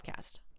podcast